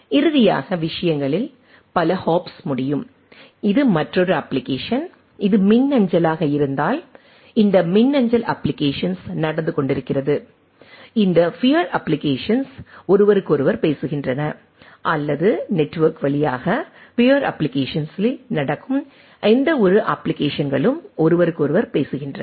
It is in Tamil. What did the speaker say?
இறுதியாக விஷயங்களில் பல ஹாப்ஸ் முடியும் இது மற்றொரு அப்ப்ளிகேஷன் இது மின்னஞ்சலாக இருந்தால் இந்த மின்னஞ்சல் அப்ப்ளிகேஷன்ஸ் நடந்து கொண்டிருக்கிறது இந்த பியர் அப்ப்ளிகேஷன்ஸ் ஒருவருக்கொருவர் பேசுகின்றன அல்லது நெட்வொர்க் வழியாக பியர் அப்ப்ளிகேஷன்ஸ்களில் நடக்கும் எந்தவொரு அப்ப்ளிகேஷன்ஸ்களும் ஒருவருக்கொருவர் பேசுகின்றன